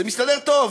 זה מסתדר טוב,